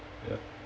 ya